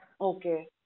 Okay